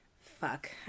fuck